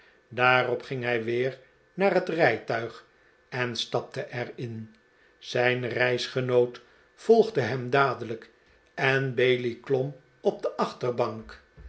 daarop ging hij weer naar het rijtuig en stapte er in zijn reisgenoot volgde hem dadelijk en bailey klom op de achterbank